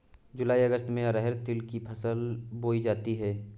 जूलाई अगस्त में अरहर तिल की फसल बोई जाती हैं